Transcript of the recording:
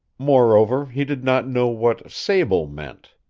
moreover, he did not know what sable meant.